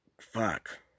fuck